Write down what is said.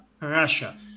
Russia